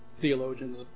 theologians